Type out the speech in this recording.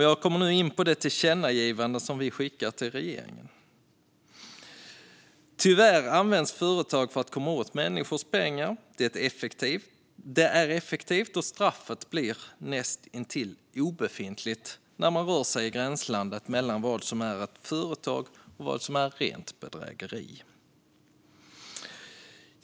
Jag kommer nu in på det tillkännagivande som utskottet föreslår ska skickas till regeringen. Tyvärr används företag för att komma åt människors pengar. Det är effektivt, och straffet blir näst intill obefintligt när man rör sig i gränslandet mellan vad som är ett företag och vad som är rent bedrägeri.